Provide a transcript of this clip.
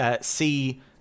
See